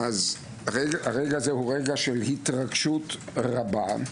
הרגע הזה יש בו התרגשות רבה,